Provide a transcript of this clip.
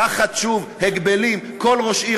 תחת הגבלים: כל ראש עיר,